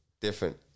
Different